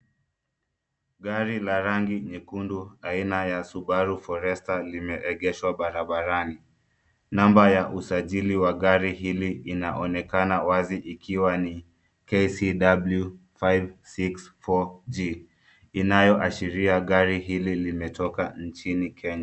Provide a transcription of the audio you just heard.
Gari la rangi nyekundu aina ya Subaru Forester limeegeshwa barabarani. Namba ya usajili wa gari hili inaonekana wazi ikiwa ni KCW 564G, inayoashiria gari hili limetoka nchini Kenya.